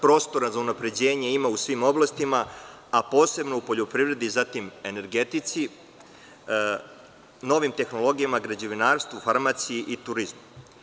Prostora za unapređenje ima u svim oblastima, a posebno u poljoprivredi, zatim energetici, novim tehnologijama, građevinarstvu, farmaciji i turizmu.